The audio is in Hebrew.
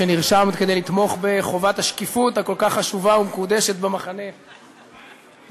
שנרשמת כדי לתמוך בחובת השקיפות הכל-כך חשובה ומקודשת במחנה שלכם.